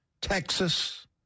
Texas